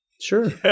Sure